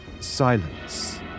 silence